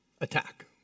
attack